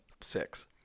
six